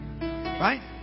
Right